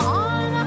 on